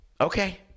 Okay